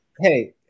Hey